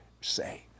say